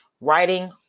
writing